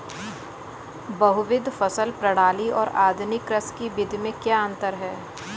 बहुविध फसल प्रणाली और आधुनिक कृषि की विधि में क्या अंतर है?